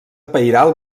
pairal